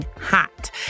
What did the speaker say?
hot